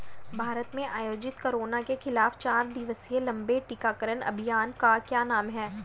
भारत में आयोजित कोरोना के खिलाफ चार दिवसीय लंबे टीकाकरण अभियान का क्या नाम है?